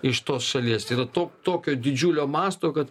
iš tos šalies yra to tokio didžiulio masto kad